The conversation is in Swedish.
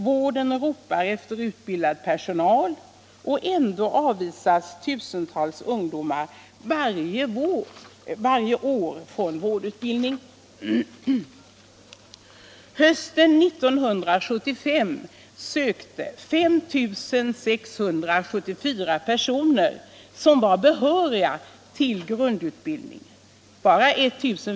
Vården ropar efter utbildad personal, och ändå avvisas tusentals ungdomar varje år från vårdutbildning!